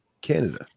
canada